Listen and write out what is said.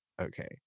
okay